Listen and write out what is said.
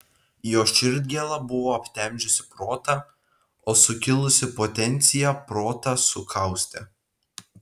jo širdgėla buvo aptemdžiusi protą o sukilusi potencija protą sukaustė